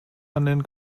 handeln